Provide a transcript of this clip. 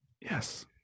yes